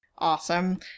Awesome